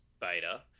beta